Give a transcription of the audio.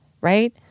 right